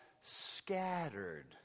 scattered